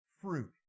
fruit